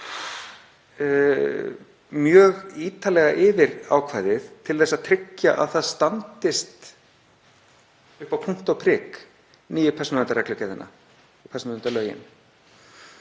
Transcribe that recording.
mjög ítarlega yfir ákvæðið til að tryggja að það standist upp á punkt og prik nýju persónuverndarreglugerðina, persónuverndarlögin.